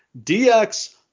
DX